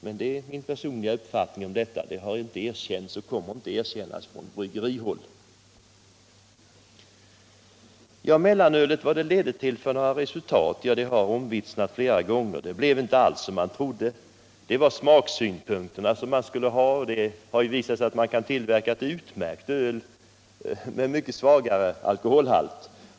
Men det är min personliga uppfattning om detta — det har inte erkänts och kommer inte att erkännas från bryggerihåll. Vilka resultat mellanölet ledde till har omvittnats flera gånger. Det blev inte alls som man trodde. Det talades om smaksynpunkter, men det har ju visat sig att man kan tillverka ett utmärkt öl med mycket lägre alkoholhalt.